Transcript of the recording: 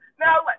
Now